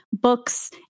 books